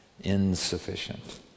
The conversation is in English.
insufficient